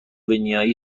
اسلوونیایی